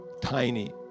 tiny